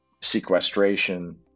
sequestration